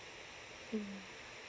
mm